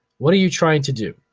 what are you trying to do?